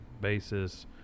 basis